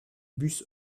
bus